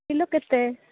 kilo କେତେ